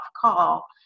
call